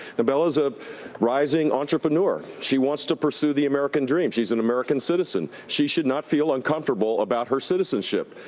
nobela is a rising entrepreneur. she wants to pursue the american dream. she's an american citizen. she should not feel uncomfortable about her citizenship.